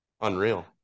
unreal